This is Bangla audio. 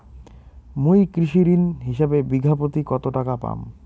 মুই কৃষি ঋণ হিসাবে বিঘা প্রতি কতো টাকা পাম?